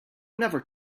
never